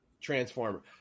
Transformer